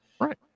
right